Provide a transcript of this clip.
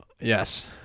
Yes